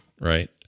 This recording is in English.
right